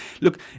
look